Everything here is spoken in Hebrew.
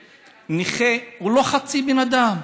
שנכה הוא לא חצי בן אדם.